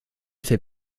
fait